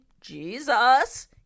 Jesus